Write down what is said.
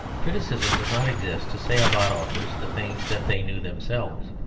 criticism does not exist to say about authors the things that they knew themselves.